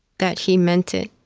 that he meant it.